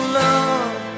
love